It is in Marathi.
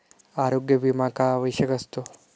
आरोग्य विमा का आवश्यक असतो?